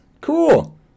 Cool